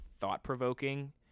thought-provoking